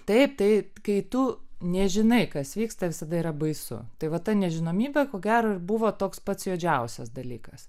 taip tai kai tu nežinai kas vyksta visada yra baisu tai va ta nežinomybė ko gero ir buvo toks pats juodžiausias dalykas